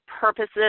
purposes